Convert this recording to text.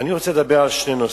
אני רוצה לדבר על שני נושאים.